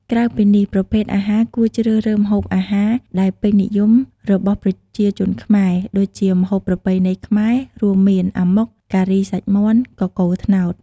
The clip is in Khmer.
ក្រៅពីនេះ ប្រភេទអាហារគួរជ្រើសរើសម្ហូបអាហារដែលពេញនិយមរបស់ប្រជាជនខ្មែរ ដូចជា ម្ហូបប្រពៃណីខ្មែរ រួមមាន អាម៉ុក ការីសាច់មាន់ កកូរត្នោត។